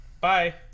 Bye